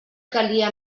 calia